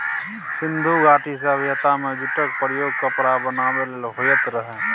सिंधु घाटी सभ्यता मे जुटक प्रयोग कपड़ा बनाबै लेल होइत रहय